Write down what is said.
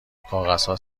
کاغذها